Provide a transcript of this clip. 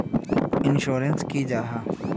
Insurance की जाहा?